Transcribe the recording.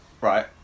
right